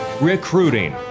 recruiting